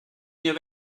mir